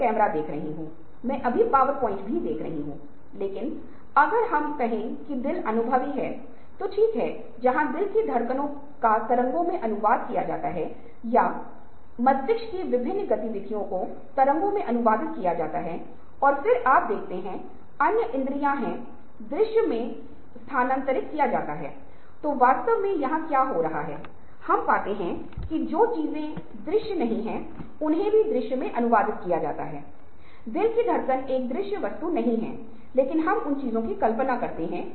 और एक अन्य कारण यह हो सकता है कि उत्पादन प्रक्रिया के दौरान विभिन्न गैसोंवायु के उत्सर्जन के कारण उनके कर्मचारी अधिक संयुक्त दर्द का सामना कर रहे हैं